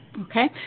Okay